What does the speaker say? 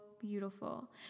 beautiful